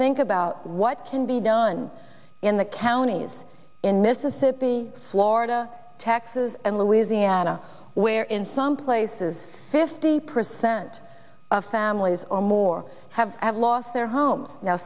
think about what can be done in the counties in mississippi florida texas and louisiana where in some places fifty percent of families or more have have lost their homes now